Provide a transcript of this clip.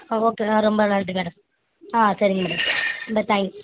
ஆ okay ஆ ரொம்ப நன்றி மேடம் ஆ சரிங்க மேடம் ரொம்ப தேங்க்ஸ்